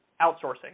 outsourcing